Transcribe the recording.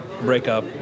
breakup